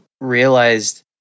realized